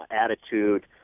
attitude